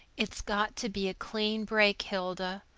it's got to be a clean break, hilda.